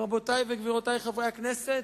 רבותי וגבירותי חברי הכנסת,